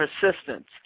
persistence